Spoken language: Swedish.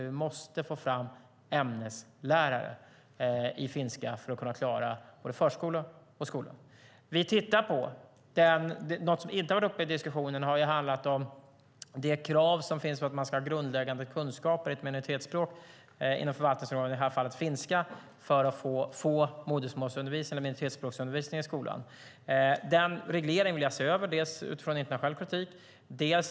Vi måste få fram ämneslärare i finska för att kunna klara både förskola och skola. Något som inte har varit uppe i diskussionen har varit det krav som finns på att man inom förvaltningsområdet ska ha grundläggande kunskaper i ett minoritetsspråk, i det här fallet finska, för att få minoritetsspråksundervisning i skolan. Den regleringen vill jag se över, delvis utifrån internationell kritik.